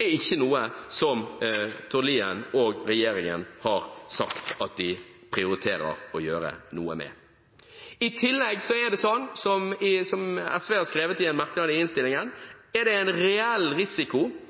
er ikke noe som Tord Lien og regjeringen har sagt at de prioriterer å gjøre noe med. I tillegg er det sånn, som SV har skrevet i en merknad i innstillingen, at det er en reell risiko